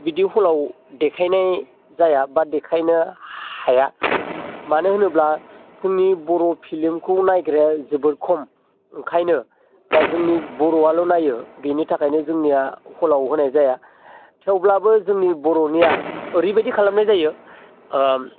बिदि हलाव देखायनाय जाया बा देखायनो हाया मानो होनोब्ला जोंनि बर' फिलमखौ नायग्राया जोबोर खम ओंखायनो बा जोंनि बर'आल' नायो बिनि थाखायनो जोंनिया हलाव होनाय जाया थेवब्लाबो जोंनि बर'निया ओरैबायदि खालामनाय जायो ओ